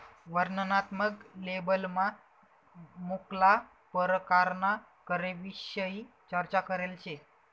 वर्णनात्मक लेबलमा मुक्ला परकारना करविषयी चर्चा करेल शे